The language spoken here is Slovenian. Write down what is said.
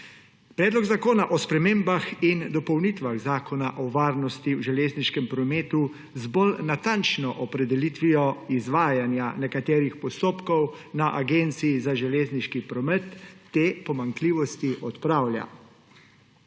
Predlog zakona o spremembah in dopolnitvah Zakona o varnosti v železniškem prometu z bolj natančno opredelitvijo izvajanja nekaterih postopkov na Javni agenciji za železniški promet te pomanjkljivosti odpravlja.